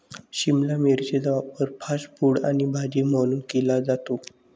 शिमला मिरचीचा वापर fast food आणि भाजी म्हणून केला जातो